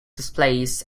displays